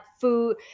food